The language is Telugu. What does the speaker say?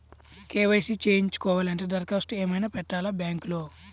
కే.వై.సి చేయించుకోవాలి అంటే దరఖాస్తు ఏమయినా పెట్టాలా బ్యాంకులో?